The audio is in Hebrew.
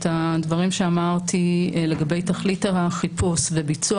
את הדברים שאמרתי לגבי תכלית החיפוש וביצוע